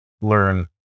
learn